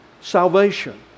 salvation